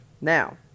Now